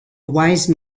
wise